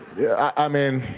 yeah i mean,